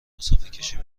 مسافرکش